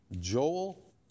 Joel